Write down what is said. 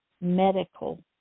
medical